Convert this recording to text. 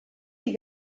die